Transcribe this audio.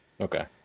Okay